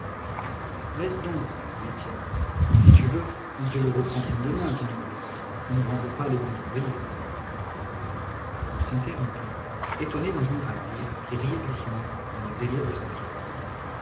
laisse donc dit étienne si tu veux ils te le reprendront demain ton livret on ne renvoie pas les bons ouvriers il s'interrompit étonné d'entendre alzire qui riait doucement dans le délire de sa fièvre